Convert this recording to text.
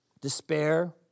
Despair